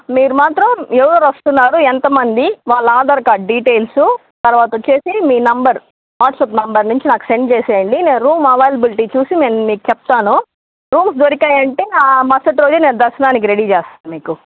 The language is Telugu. మీరు మాత్రం ఎవరెవరు వస్తున్నారు ఎంత మంది వాళ్ళ ఆధార్ కార్డ్ డీటెయిల్సు తర్వాత వచ్చేసి మీ నెంబరు వాట్సాప్ నెంబర్ నుంచి నాకు సెండ్ చేసేయండి నేను రూమ్ అవైల్బిలిటీ చూసి నేను మీకు చెప్తాను రూమ్స్ దొరికాయంటే ఆ మరుసటి రోజే నేను దర్శనానికి రెడీ చేస్తాను మీకు